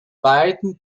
beiden